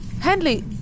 Henley